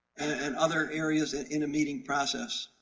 and other areas in in a meeting process.